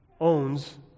owns